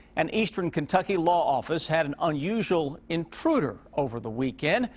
an eastern kentucky law office. had an unusual intruder over the weekend.